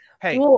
Hey